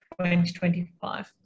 2025